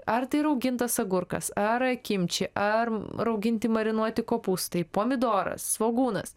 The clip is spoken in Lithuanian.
ar tai raugintas agurkas ar kimči ar rauginti marinuoti kopūstai pomidoras svogūnas